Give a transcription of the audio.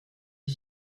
est